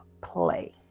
play